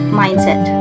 mindset